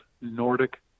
Nordic